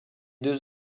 deux